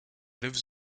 lives